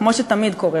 כמו שתמיד קורה,